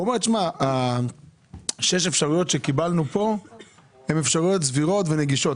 שש האפשרויות שקיבלנו פה הן אפשרויות סבירות ונגישות.